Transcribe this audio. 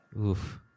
Oof